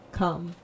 come